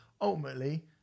ultimately